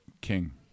king